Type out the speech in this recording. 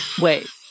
wait